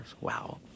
Wow